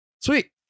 sweet